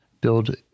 build